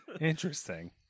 Interesting